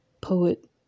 poet